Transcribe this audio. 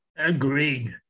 Agreed